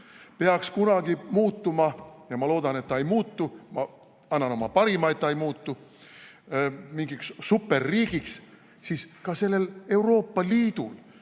peaks kunagi muutuma – ma loodan, et ta ei muutu, ma annan oma parima, et ta ei muutu – mingiks superriigiks, siis ka sellel Euroopa Liidul